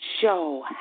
show